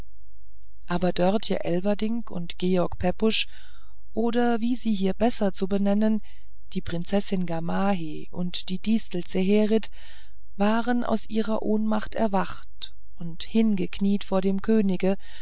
aber dörtje elverdink und george pepusch oder wie sie hier besser zu benennen die prinzessin gamaheh und die distel zeherit waren aus ihrer ohnmacht erwacht und hingekniet vor dem könige